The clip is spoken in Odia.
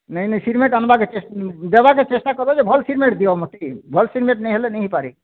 ନାଇଁ ନାଇଁ ସିମେଣ୍ଟ ଆନ୍ବାର୍କେ ଦେବାର୍ ଚେଷ୍ଟା କର ଯେ ଭଲ୍ ସିମେଣ୍ଟ ଭଲ୍ ଦିଅ ମୋତେ ଭଲ୍ ସିମେଣ୍ଟ ନାଇଁ ହେଲେ ନାଇଁ ହେଇପାରେ